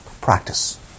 practice